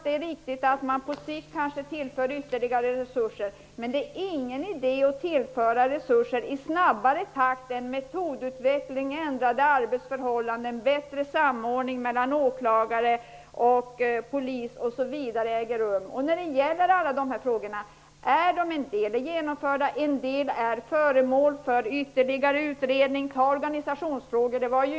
Det är viktigt att på sikt tillföra ytterligare resurser. Men det är ingen idé att göra det i snabbare takt än metodutveckling, ändrade arbetsförhållanden samt en bättre samordning mellan åklagare och polis kan komma till stånd. En del av dessa åtgärder är genomförda, medan en del är föremål för ytterligare utredning.